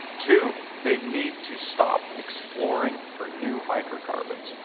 two, they'd need to stop exploring for new hydrocarbons.